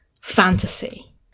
fantasy